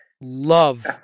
love